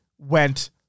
Went